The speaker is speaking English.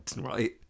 right